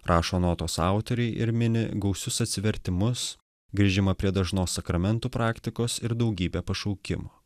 rašo notos autoriai ir mini gausius atsivertimus grįžimą prie dažnos sakramentų praktikos ir daugybę pašaukimų